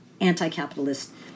anti-capitalist